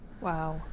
Wow